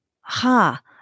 Ha